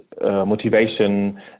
motivation